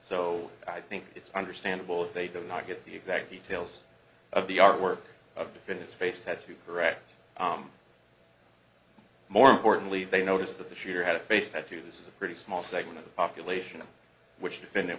so i think it's understandable if they do not get the exact details of the artwork of defendants face had to correct more importantly they notice that the shooter had a face tattoo this is a pretty small segment of the population of which defend